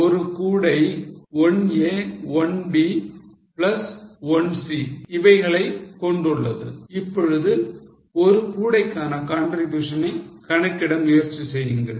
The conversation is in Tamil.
எனவே ஒரு கூடை 1a 1b plus 1c இவைகளை கொண்டுள்ளது இப்பொழுது ஒரு கூடைக்கான contribution ஐ கணக்கிட முயற்சி செய்யுங்கள்